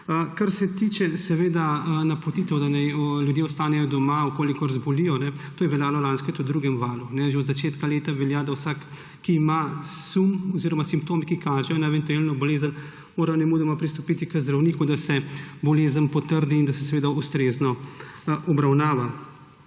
Kar se tiče napotitev, da naj ljudje ostanejo doma, če zbolijo, to je veljalo lansko leto v drugem valu. Že od začetka leta velja, da mora vsak, ki ima sum oziroma simptome, ki kažejo na eventualno bolezen, nemudoma pristopiti k zdravniku, da se bolezen potrdi in da se ustrezno obravnava.